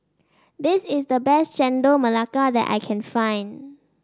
this is the best Chendol Melaka that I can find